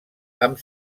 amb